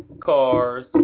cars